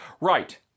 right